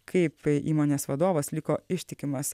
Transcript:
kaip įmonės vadovas liko ištikimas